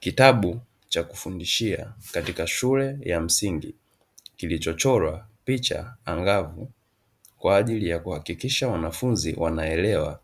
Kitabu cha kufundishia katika shule za msingi, kilichochorwa picha angavu kwa ajili ya kuhakikisha wanafunzi wanaelewa